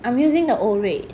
I am using the old rate